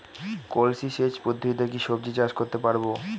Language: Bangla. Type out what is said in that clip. কলসি সেচ পদ্ধতিতে কি সবজি চাষ করতে পারব?